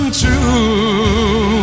true